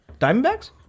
Diamondbacks